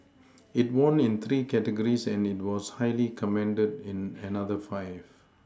it won in three categories and was highly commended in another five